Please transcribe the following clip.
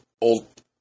Old